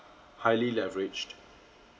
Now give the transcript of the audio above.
highly leveraged